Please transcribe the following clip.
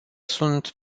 sunt